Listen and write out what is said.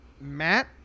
Matt